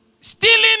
Stealing